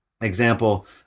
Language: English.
example